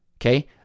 Okay